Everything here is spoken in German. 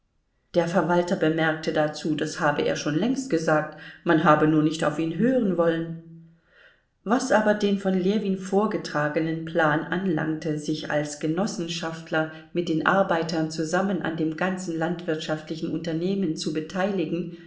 der verwalter bemerkte dazu das habe er schon längst gesagt man habe nur nicht auf ihn hören wollen was aber den von ljewin vorgetragenen plan anlangte sich als genossenschafter mit den arbeitern zusammen an dem ganzen landwirtschaftlichen unternehmen zu beteiligen